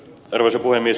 arvoisa puhemies